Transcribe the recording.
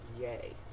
yay